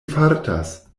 fartas